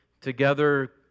together